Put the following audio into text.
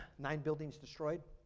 nine buildings destroyed.